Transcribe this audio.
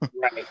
Right